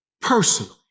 personally